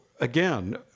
again